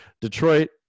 detroit